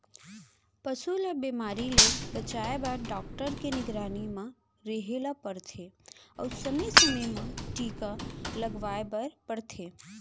पसू ल बेमारी ले बचाए बर डॉक्टर के निगरानी म रहें ल परथे अउ समे समे म टीका लगवाए बर परथे